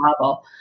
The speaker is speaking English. level